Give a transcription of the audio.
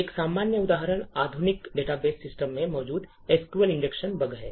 एक सामान्य उदाहरण आधुनिक डेटाबेस सिस्टम में मौजूद SQL इंजेक्शन बग है